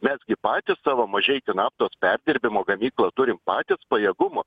mes gi patys savo mažeikių naftos perdirbimo gamyklą turim patys pajėgumų